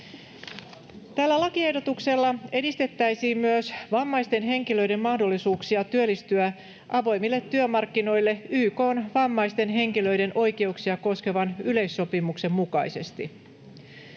Tällä lakiehdotuksella edistettäisiin myös vammaisten henkilöiden mahdollisuuksia työllistyä avoimille työmarkkinoille YK:n vammaisten henkilöiden oikeuksia koskevan yleissopimuksen mukaisesti.